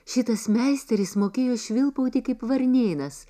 šitas meisteris mokėjo švilpauti kaip varnėnas